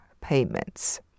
payments